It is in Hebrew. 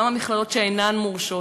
גם המכללות שאינן מורשות,